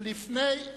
אושר.